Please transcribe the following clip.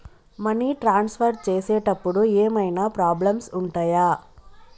Money transfer చేసేటప్పుడు ఏమైనా problems ఉంటయా?